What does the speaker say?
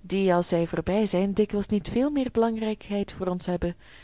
die als zij voorbij zijn dikwijls niet veel meer belangrijkheid voor ons hebben